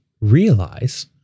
realize